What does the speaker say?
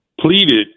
pleaded